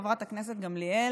חברת הכנסת גמליאל,